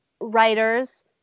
writers